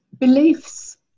Beliefs